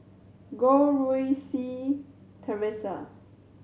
Goh Rui Si Theresa